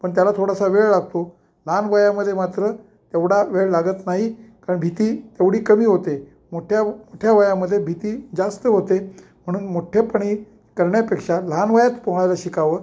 पण त्याला थोडासा वेळ लागतो लहान वयामध्ये मात्र तेवढा वेळ लागत नाही कारण भीती तेवढी कमी होते मोठ्या मोठ्या वयामध्ये भीती जास्त होते म्हणून मोठ्ठेपणी करण्यापेक्षा लहान वयात पोहायला शिकावं